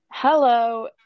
hello